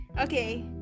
Okay